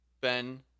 ben